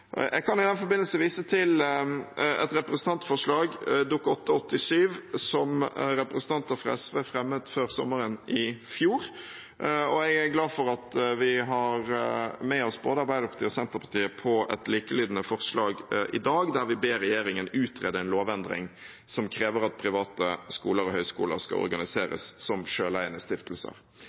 Jeg kan i den forbindelse vise til et representantforslag, Dokument 8:87 for 2015–2016, som representanter fra SV fremmet før sommeren i fjor. Og jeg er glad for at vi har med oss både Arbeiderpartiet og Senterpartiet på et likelydende forslag i dag, der vi ber regjeringen utrede en lovendring som krever at private skoler og høyskoler skal organiseres som selveiende stiftelser.